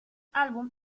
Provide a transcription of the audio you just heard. álbum